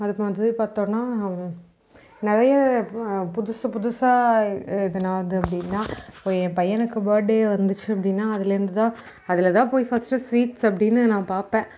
அடுத்து வந்து பார்த்தோன்னா நிறைய புதுசு புதுசாக எதனாவது அப்படின்னா என் பையனுக்கு பர்த்டே வந்துச்சு அப்படின்னா அதுலேருந்து தான் அதில் தான் போய் ஃபர்ஸ்ட்டு ஸ்வீட்ஸ் அப்படின்னு நான் பார்ப்பேன்